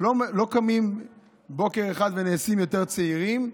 לא קמים בוקר אחד ונעשים יותר צעירים,